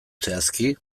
zehazki